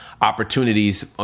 opportunities